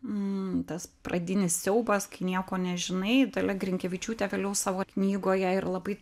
m tas pradinis siaubas kai nieko nežinai dalia grinkevičiūtė vėliau savo knygoje ir labai